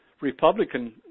Republican